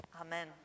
amen